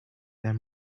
there